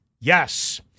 Yes